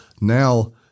now